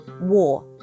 war